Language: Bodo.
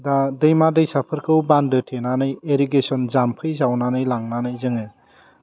दा दैमा दैसाफोरखौ बान्दो थेनानै एरिगेसन जाम्फै जावनानै लांनानै जोङो